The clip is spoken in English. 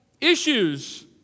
issues